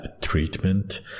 treatment